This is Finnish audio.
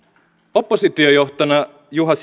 oppositiojohtajana juha